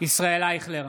ישראל אייכלר,